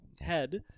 head